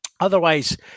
Otherwise